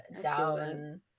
down